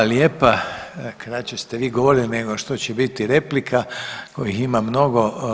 Hvala lijepa, kraće ste vi govorili nego što će biti replika kojih ima mnogo.